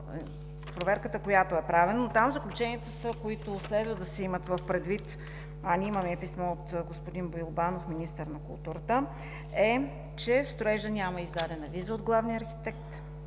проверката, която е правена, но там заключенията, които следва да се имат предвид – ние имаме и писмо от господин Боил Банов – министър на културата, са, че строежът няма издадена виза от главния архитект,